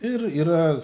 ir yra